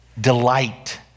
delight